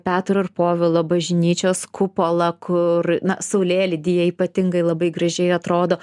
petro ir povilo bažnyčios kupolą kur saulėlydyje ypatingai labai gražiai atrodo